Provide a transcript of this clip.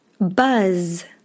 Buzz